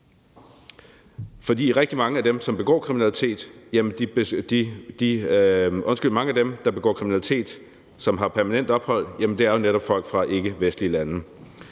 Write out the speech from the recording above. ikke vil. Mange af dem, der begår kriminalitet, og som har permanent ophold, er jo netop folk fra ikkevestlige lande.